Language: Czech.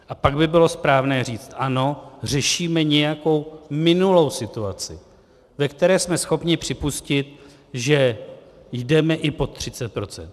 A pak by bylo správné říct ano, řešíme nějakou minulou situaci, v které jsme schopni připustit, že jdeme i pod 30 %.